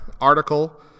article